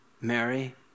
Mary